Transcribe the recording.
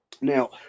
Now